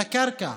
לקרקע,